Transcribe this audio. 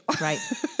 Right